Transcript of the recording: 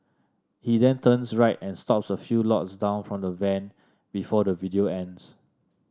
he then turns right and stops a few lots down from the van before the video ends